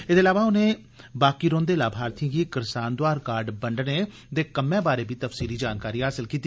एहदे इलावा उनें बाकी रौंहदे लामर्थिए गी करसान दोआर कार्ड बंडने दे कम्मै बारै बी तफसीली जानकारी हासल कीती